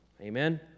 Amen